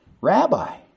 Rabbi